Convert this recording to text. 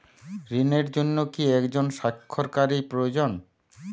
ঋণের জন্য কি একজন স্বাক্ষরকারী প্রয়োজন?